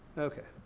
okay.